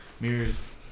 mirrors